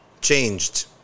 changed